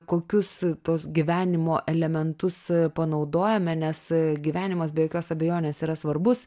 kokius tuos gyvenimo elementus panaudojome nes gyvenimas be jokios abejonės yra svarbus